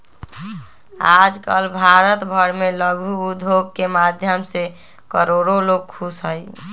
आजकल भारत भर में लघु उद्योग के माध्यम से करोडो लोग खुश हई